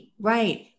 Right